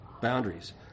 boundaries